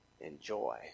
enjoy